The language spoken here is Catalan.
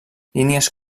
línies